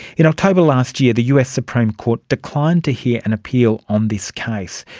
in october last year the us supreme court declined to hear an appeal on this case.